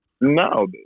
No